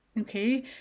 okay